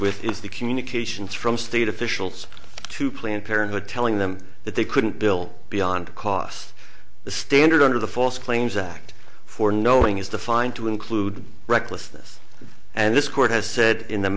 with is the communications from state officials to planned parenthood telling them that they couldn't bill beyond cos the standard under the false claims act for knowing is defined to include recklessness and this court has said in the